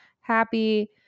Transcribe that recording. happy